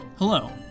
Hello